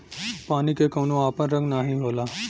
पानी के कउनो आपन रंग नाही होला